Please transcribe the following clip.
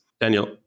Daniel